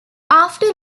after